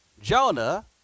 Jonah